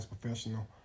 professional